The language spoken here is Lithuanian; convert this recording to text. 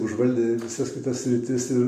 užvaldė visas kitas sritis ir